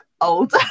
old